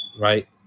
right